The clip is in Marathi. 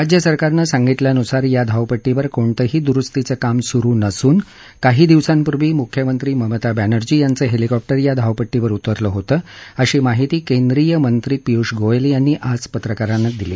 राज्यसरकारनं सांगितल्यानुसार या धावपट्टीवर कोणतंही दुरुस्तीचं काम सुरु नसून काही दिवसांपूर्वी मुख्यमंत्री ममता बॅनर्जी यांचं हेलिकॉप उ या धावपट्टीवर उतरलं होतं अशी माहिती केंद्रीयमंत्री पियूष गोयल यांनी आज पत्रकारांना दिली